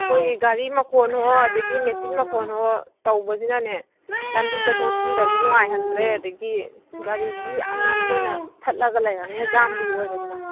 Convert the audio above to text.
ꯃꯈꯣꯏꯒꯤ ꯒꯥꯔꯤ ꯃꯈꯣꯜꯋꯣ ꯑꯗꯒꯤ ꯃꯦꯆꯤꯟ ꯃꯈꯣꯜꯋꯣ ꯇꯧꯕꯁꯤꯅꯅꯦ ꯂꯝꯕꯤ ꯆꯠꯊꯣꯛ ꯆꯠꯁꯤꯟꯗꯁꯨ ꯅꯨꯡꯉꯥꯏꯍꯟꯗ꯭ꯔꯦ ꯑꯗꯒꯤ ꯒꯥꯔꯤꯁꯤꯁꯨ ꯌꯥꯝꯅ ꯃꯈꯣꯏꯅ ꯊꯠꯂꯒ ꯂꯩꯔꯕꯅꯤꯅ ꯖꯥꯝꯁꯨ ꯑꯣꯏꯔꯦꯗꯅ